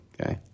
okay